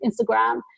Instagram